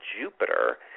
Jupiter